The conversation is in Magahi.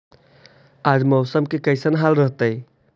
आज मौसम के कैसन हाल रहतइ?